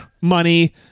Money